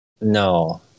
no